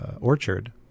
orchard